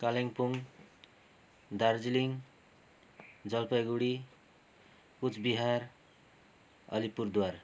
Kalimpong Darjeeling Jalpaiguri Cooch Behar Alipurduar